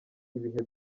ibihe